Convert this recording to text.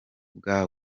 bwa